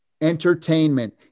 entertainment